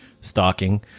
stalking